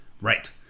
right